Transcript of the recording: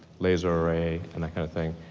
laser array and that kind of thing?